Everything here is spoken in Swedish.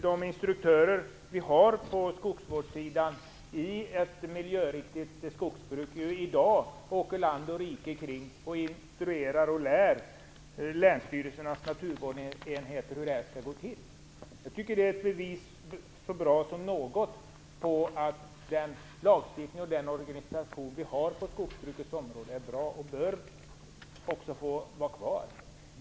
De instruktörer som vi har på skogsvårdsområdet åker i dag land och rike kring för och instruerar och lär länsstyrelsernas naturvårdsenheter hur det skall gå till att driva ett miljöriktigt skogsbruk. Det tycker jag är ett bevis så bra som något på att den lagstiftning och den organisation som vi har på skogsbrukets område är bra och bör få vara kvar.